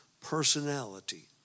personality